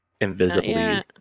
invisibly